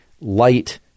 light